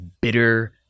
bitter